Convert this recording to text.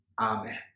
Amen